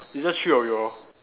it's just three of you all